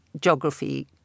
geography